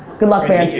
good luck, man.